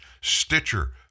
Stitcher